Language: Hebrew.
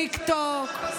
"שר הטיקטוק",